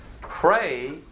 pray